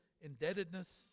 indebtedness